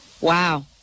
Wow